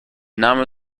name